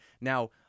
Now